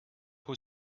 who